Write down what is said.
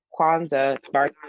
Kwanzaa